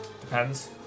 Depends